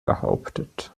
behauptet